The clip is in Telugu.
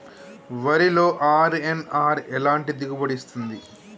వరిలో అర్.ఎన్.ఆర్ ఎలాంటి దిగుబడి ఇస్తుంది?